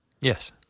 Yes